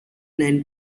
nine